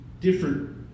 different